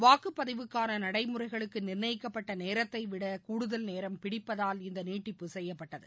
வாக்குப்பதிவுக்கான நடைமுறைகளுக்கு நிர்ணயிக்கப்பட்ட நேரத்தை விட கூடுதல் நேரம் பிடிப்பதால் இந்த நீட்டிப்பு செய்யப்பட்டது